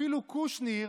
אפילו קושניר